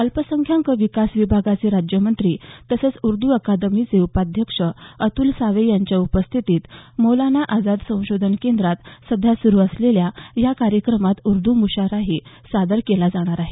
अल्पसंख्यांक विकास विभागाचे राज्यमंत्री तसंच उर्द् अकादमीचे उपाध्यक्ष अतुल सावे यांच्या उपस्थितीत मौलाना आझाद संशोधन केंद्रात सध्या सुरू असलेल्या या कार्यक्रमात उर्द म्शायराही सादर केला जाणार आहे